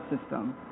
system